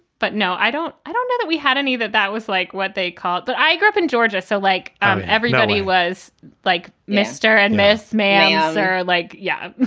but no, i don't i don't know that we had any that that was like what they call it. but i grew up in georgia so like um everybody was like mister and miss manners are like, yeah,